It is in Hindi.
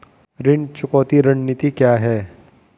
ऋण चुकौती रणनीति क्या है?